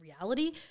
reality